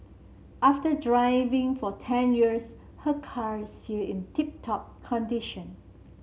after driving for ten years her car is still in tip top condition